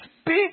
speak